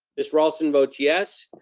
miss raulston votes yes.